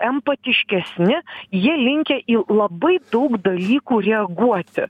empatiškesni jie linkę į labai daug dalykų reaguoti